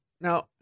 Now